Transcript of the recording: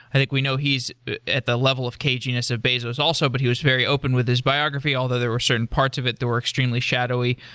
i think we know he's at the level of caginess of bazos also, but he was very open with his biography although there were certain parts of it that were extremely shadowy.